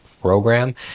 program